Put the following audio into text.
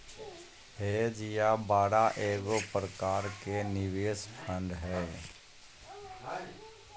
hedge या बाड़ा एगो प्रकार के निवेश फंड हय